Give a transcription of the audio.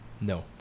No